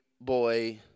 boy